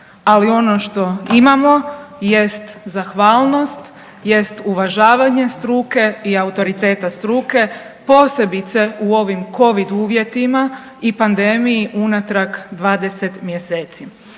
Ali ono što imamo jest zahvalnost, jest uvažavanje struke i autoriteta struke posebice u ovim Covid uvjetima i pandemiji unatrag 20 mjeseci.